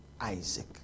Isaac